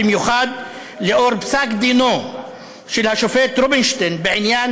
במיוחד לאור פסק דינו של השופט רובינשטיין בעניין